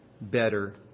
better